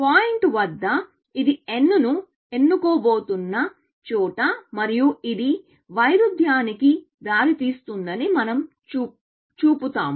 point వద్ద ఇది n ను ఎన్నుకోబోతున్న చోట మరియు ఇది వైరుధ్యానికి దారితీస్తుందని మనం చూపుతాము